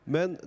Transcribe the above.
Men